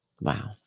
Wow